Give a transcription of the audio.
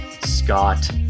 Scott